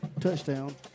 touchdown